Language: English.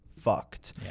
fucked